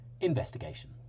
Investigation